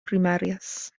primarias